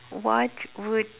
what would